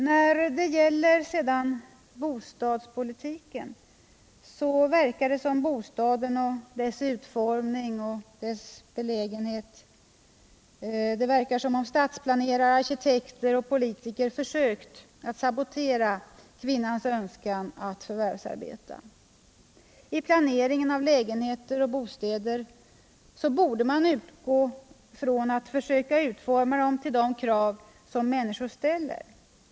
När det gäller bostaden och dess utformning och belägenhet verkar det som om statsplanerare, arkitekter och politiker försökt att sabotera kvinnans önskan att förvärvsarbeta. I planeringen av lägenheter och bostäder borde man utgå från att försöka utforma dem efter de krav människor ställer.